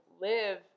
live